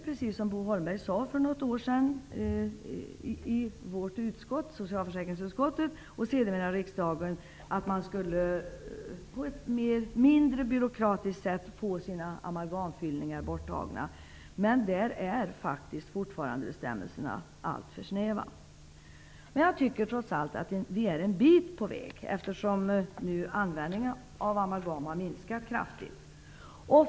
Precis som Bo Holmberg sade begärde en majoritet i socialförsäkringsutskottet, och sedermera riksdagen, för något år sedan att man på ett mindre byråkratiskt sätt skulle kunna få sina amalgamfyllningar borttagna. Bestämmelserna är dock fortfarande alltför snäva i detta avseende. Jag tycker trots allt att vi har kommit en bit på väg. Användningen av amalgam har nu minskat kraftigt.